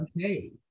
okay